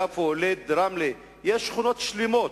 יפו, לוד, רמלה, יש שכונות שלמות,